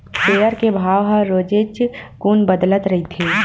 share के भाव ह रोजेच कुन बदलत रहिथे